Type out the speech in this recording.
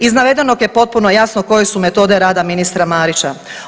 Iz navedenog je potpuno jasno koje su metode rada ministra Marića.